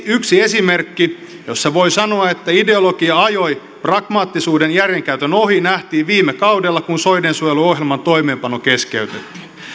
yksi esimerkki jossa voi sanoa että ideologia ajoi pragmaattisuuden järjenkäytön ohi nähtiin viime kaudella kun soidensuojeluohjelman toimeenpano keskeytettiin